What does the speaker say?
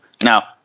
now